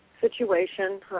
situation